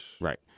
Right